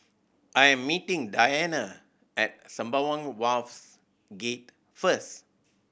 I am meeting Diana at Sembawang Wharves Gate first